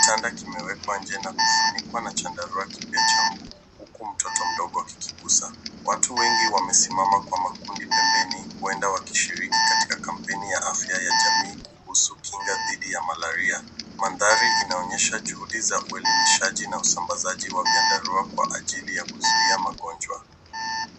Kitanda kimewekwa nje na kufunikwa na chandarua kipya cha mbu, huku mtoto mdogo akikuza. Watu wengi wamesimama kwa makundi pembeni uenda wakishiriki katika kampeni ya afya ya jamii kuhusu kinga dhidi ya malaria. Maandari inaonyesha juhudi za uelimishaji na usambasaji wa vyandarua kwa ajili ya kuzuia mangonjwa.